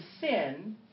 sin